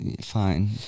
Fine